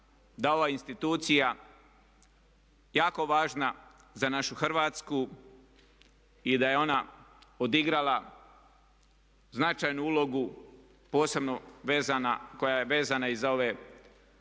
da ova institucija je jako važna za našu Hrvatsku i da je ona odigrala značajnu ulogu posebno koja je vezana i za ovu borbu